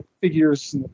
figures